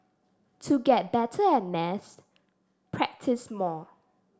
to get better at maths practice more